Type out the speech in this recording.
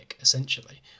essentially